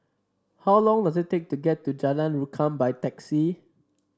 how long does it take to get to Jalan Rukam by taxi